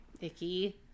Icky